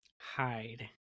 hide